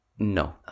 No